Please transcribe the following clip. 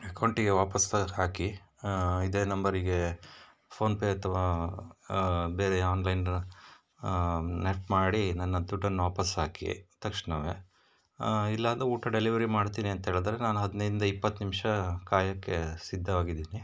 ಅಕೌಂಟಿಗೆ ವಾಪಸ್ ಹಾಕಿ ಇದೇ ನಂಬರಿಗೆ ಫೋನ್ಪೇ ಅಥವಾ ಬೇರೆ ಆನ್ಲೈನ್ ನೆಫ್ಟ್ ಮಾಡಿ ನನ್ನ ದುಡ್ಡನ್ನು ವಾಪಸ್ ಹಾಕಿ ತಕ್ಷಣವೇ ಇಲ್ಲಾಂದರೆ ಊಟ ಡೆಲಿವರಿ ಮಾಡ್ತೀನಿ ಅಂತ ಹೇಳಿದ್ರೆ ನಾನು ಹದಿನೈದಿಂದ ಇಪ್ಪತ್ತು ನಿಮಿಷ ಕಾಯೋಕ್ಕೆ ಸಿದ್ದವಾಗಿದ್ದೀನಿ